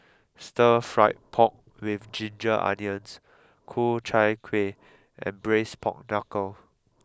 Stir Fried Pork with Ginger Onions Ku Chai Kuih and Braised Pork Knuckle